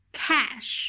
cash